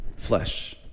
flesh